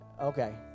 okay